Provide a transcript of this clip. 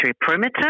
perimeter